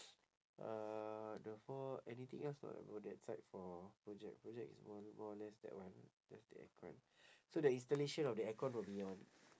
uh the for anything else or not for that site for project project is more more or less that one just the aircon so the installation of the aircon will be on